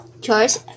chores